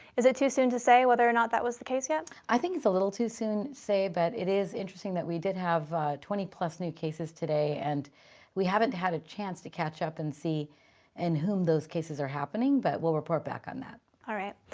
is it too soon to say whether or not that was the case yet? i think it's a little too soon to say, but it is interesting that we did have twenty plus new cases today. and we haven't had a chance to catch up and see in whom those cases are happening, but we'll report back on that. all right.